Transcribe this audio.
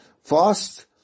fast